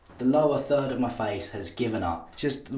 the lower third of my face has given up. just.